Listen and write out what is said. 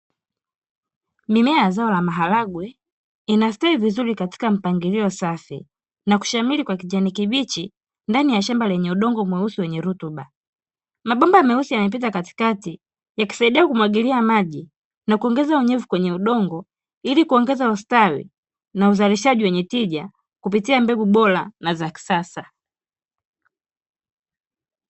Mimea ya zao la maharage inastawi vizuri katika mpangilio safi na kushamiri kwa kijani kibichi ndani ya shamba lenye udongo mweusi wenye rutuba, mabomba meusi yamepita katikati yakisaidia kumwagilia maji na kuongeza unyevu kwenye udongo ili kuongeza ustawi na uzalishaji wenye tija kupitia mbegu bora na za kisasa.